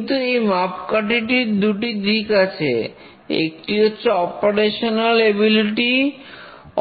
কিন্তু এই মাপকাঠিটির দুটি দিক আছে একটি হচ্ছে অপারেশনাল এবিলিটি